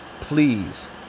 Please